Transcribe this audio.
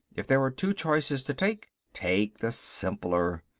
if there are two choices to take, take the simpler.